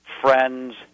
friends